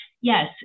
Yes